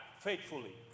faithfully